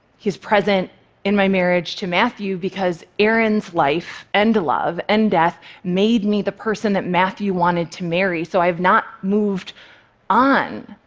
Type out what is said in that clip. he's present in my marriage to matthew, because aaron's life and love and death made me the person that matthew wanted to marry. so i've not moved on